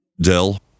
Dell